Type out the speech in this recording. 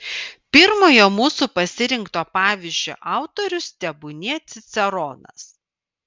pirmojo mūsų pasirinkto pavyzdžio autorius tebūnie ciceronas